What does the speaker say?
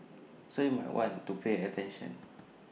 so you might want to pay attention